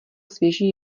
svěží